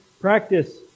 practice